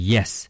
Yes